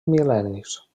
mil·lennis